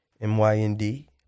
M-Y-N-D